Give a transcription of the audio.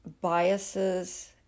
biases